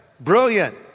Brilliant